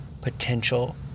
potential